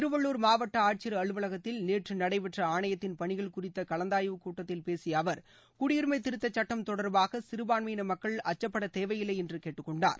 திருவள்ளுர் மாவட்ட ஆட்சியர் அலுவலகத்தில் நேற்று நடைபெற்ற ஆணையத்தின் பணிகள் குறித்த கலந்தாய்வு கூட்டத்தில் பேசிய அவர் குடியுரிமை திருத்த சட்டம் தொடர்பாக சிறுபான்மையின மக்கள் அச்சப்பட தேவையில்லை என்று கேட்டுக்கொண்டார்